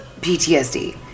PTSD